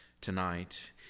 tonight